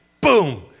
Boom